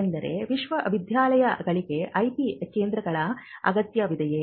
ಎಂದರೆ ವಿಶ್ವವಿದ್ಯಾಲಯಗಳಿಗೆ ಐಪಿ ಕೇಂದ್ರಗಳ ಅಗತ್ಯವಿದೆಯೇ